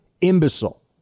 imbecile